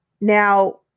Now